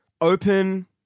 open